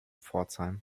pforzheim